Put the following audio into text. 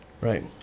Right